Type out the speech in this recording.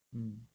mm